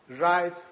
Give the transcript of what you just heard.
right